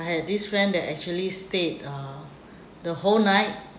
I had this friend that actually stayed uh the whole night